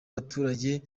y’abaturage